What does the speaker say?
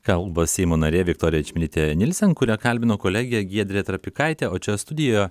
kalba seimo narė viktorija čmilytė nielsen kurią kalbino kolegė giedrė trapikaitė o čia studijoje